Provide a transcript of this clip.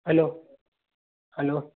hello hello